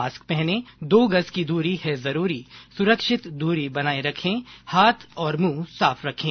mask पहनें दो गज की दूरी है जरूरी सुरक्षित दूरी बनाए रखें हाथ और मुंह साफ रखें